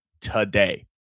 today